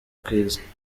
kwiza